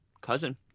cousin